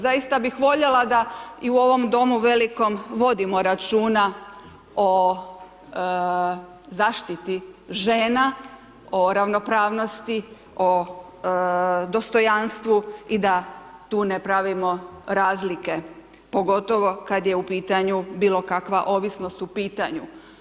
Zaista bih voljela da i u ovom domu velikom vodimo računa o zaštiti žena o ravnostranosti, o dostojanstvu i da tu ne pravimo razlike, pogotovo kada je u pitanju bilo kakva ovisnost u pitanju.